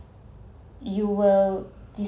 you will